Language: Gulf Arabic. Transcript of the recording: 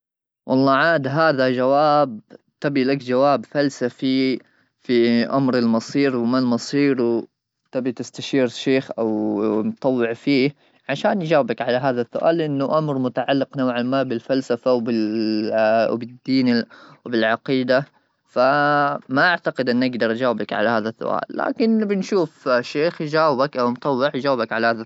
والله عاد هذا جواب تبي لك جواب فلسفي في امر المصير وما المصير تبي تستشير شيخ او مطوع فيه عشان يجاوبك على هذا السؤال انه امر متعلق نوعا ما بالفلسفه وبالدين فما اعتقد اني اقدر اجاوبك على هذا السؤال لكن نبي نشوف شيخ يجاوبك او مطوع يجاوبك.